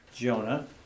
Jonah